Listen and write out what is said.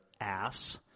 ass